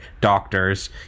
doctors